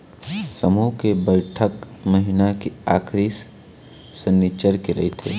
समूह के बइठक महिना के आखरी सनिच्चर के रहिथे